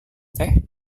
teh